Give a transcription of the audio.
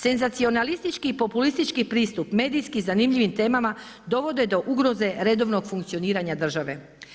Senzacionalistički i populistički pristup medijski zanimljivim temama, dovode do ugroze redovnog funkcioniranja države.